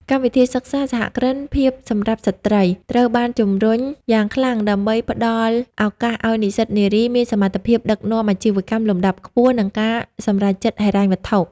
កម្មវិធីសិក្សា "សហគ្រិនភាពសម្រាប់ស្ត្រី" ត្រូវបានជម្រុញយ៉ាងខ្លាំងដើម្បីផ្ដល់ឱកាសឱ្យនិស្សិតនារីមានសមត្ថភាពដឹកនាំអាជីវកម្មលំដាប់ខ្ពស់ និងការសម្រេចចិត្តហិរញ្ញវត្ថុ។